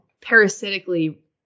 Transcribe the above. parasitically